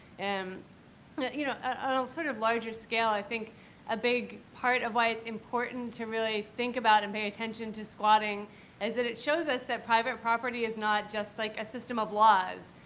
and know, on you know a sort of larger scale i think a big part of why it's important to really think about and pay attention to squatting is that it shows us that private property is not just, like, a system of laws,